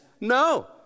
No